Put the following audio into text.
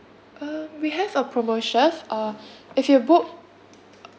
um we have a promotion uh if you book